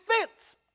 defense